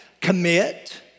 Commit